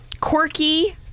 Quirky